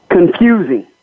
Confusing